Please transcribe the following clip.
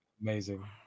amazing